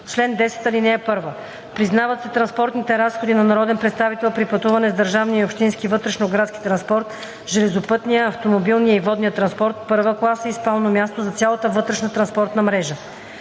Чл. 10. (1) Признават се транспортните разходи на народен представител при пътуване с държавния и общинския вътрешноградски транспорт, железопътния, автомобилния и водния транспорт – първа класа, и спално място за цялата вътрешна транспортна мрежа.